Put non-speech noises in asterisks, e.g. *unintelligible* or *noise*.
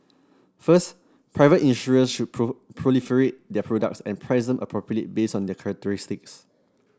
first private insurers should *unintelligible* proliferate their products and price them appropriately based on their characteristics